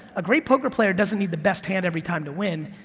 a great poker player doesn't need the best hand every time to win,